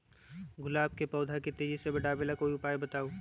गुलाब के पौधा के तेजी से बढ़ावे ला कोई उपाये बताउ?